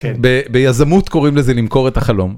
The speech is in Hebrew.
ביזמות קוראים לזה למכור את החלום.